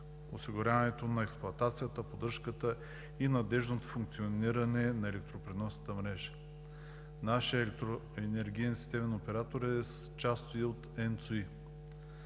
осигуряването на експлоатацията, поддръжката и надеждното функциониране на електропреносната мрежа. Нашият електроенергиен системен оператор е част и от